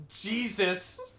Jesus